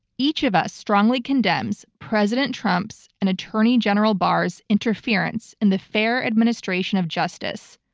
each of us strongly condemns president trump's and attorney general barr's interference in the fair administration of justice.